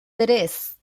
tres